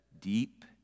deep